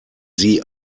sie